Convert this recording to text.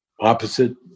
Opposite